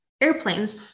airplanes